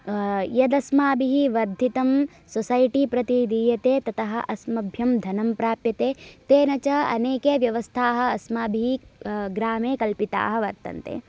यदस्माभिः वर्धितं सोसैटि प्रति दीयते ततः अस्मभ्यं धनं प्राप्यते तेन च अनेके व्यवस्थाः अस्माभिः ग्रामे कल्पिताः वर्तन्ते